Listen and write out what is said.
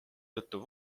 tõttu